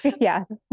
Yes